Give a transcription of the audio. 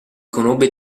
conobbe